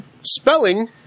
Spelling